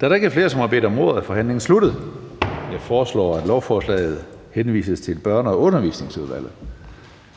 Da der ikke er flere, som har bedt om ordet, er forhandlingen sluttet. Jeg foreslår, at lovforslaget henvises til Børne- og Undervisningsudvalget.